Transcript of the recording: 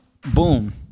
Boom